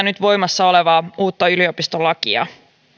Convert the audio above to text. nyt voimassa olevaa uutta yliopistolakia